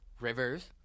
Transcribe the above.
Rivers